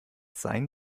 sein